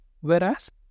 Whereas